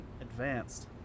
Advanced